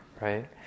right